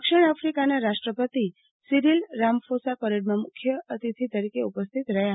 દક્ષિણ આફિકાના રાષ્ટ્રપતિ સીરીલ રામકોસા પરેડમાં મુખ્ય અતિથિ તરીકે ઉપસ્થિત રહ્યા